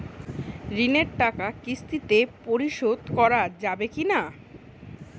ঋণের টাকা কিস্তিতে পরিশোধ করা যাবে কি না?